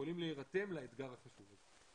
יכולים להירתם לאתגר הזה.